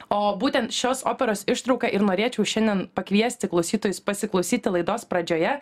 o būtent šios operos ištrauka ir norėčiau šiandien pakviesti klausytojus pasiklausyti laidos pradžioje